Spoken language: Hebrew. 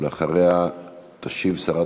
ואחריה תשיב שרת